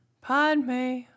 Padme